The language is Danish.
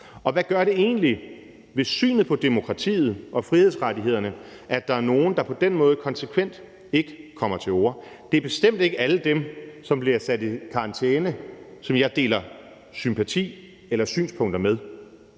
Hvad gør det egentlig ved synet på demokratiet og frihedsrettighederne, at der er nogle, der på den måde konsekvent ikke kommer til orde? Det er bestemt ikke alle dem, som bliver sat i karantæne, som jeg har sympatier eller synspunkter med,